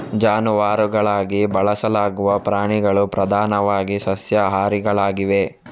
ಜಾನುವಾರುಗಳಾಗಿ ಬಳಸಲಾಗುವ ಪ್ರಾಣಿಗಳು ಪ್ರಧಾನವಾಗಿ ಸಸ್ಯಾಹಾರಿಗಳಾಗಿವೆ